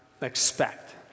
expect